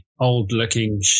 old-looking